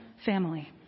Family